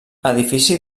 edifici